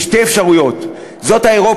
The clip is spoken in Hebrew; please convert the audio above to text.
יש שתי אפשרויות: זאת האירופית,